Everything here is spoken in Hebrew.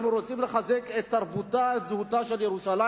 אנחנו רוצים לחזק את תרבותה, את זהותה של ירושלים.